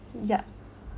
yup